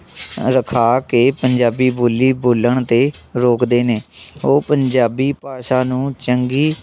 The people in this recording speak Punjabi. ਰਖਾ ਕੇ ਪੰਜਾਬੀ ਬੋਲੀ ਬੋਲਣ ਤੋਂ ਰੋਕਦੇ ਨੇ ਉਹ ਪੰਜਾਬੀ ਭਾਸ਼ਾ ਨੂੰ ਚੰਗੀ